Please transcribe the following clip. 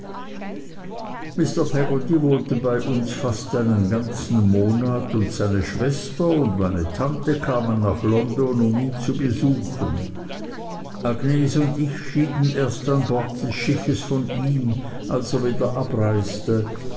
wohnte bei uns fast einen ganzen monat und seine schwester und meine tante kamen nach london um ihn zu besuchen agnes und ich schieden erst an bord des schiffes von ihm als er wieder abreiste